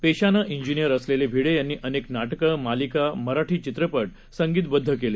पेशानं engineer असलेल्या भिडे यांनी अनेक नाटकं मालिका मराठी चित्रपट संगीतबद्ध केले